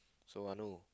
so I know